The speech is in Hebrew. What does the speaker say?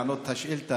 לענות על שאילתה,